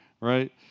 right